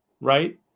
right